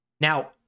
Now